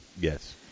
Yes